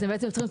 אתם יוצרים,